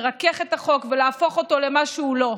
לרכך את החוק ולהפוך אותו למה שהוא לא.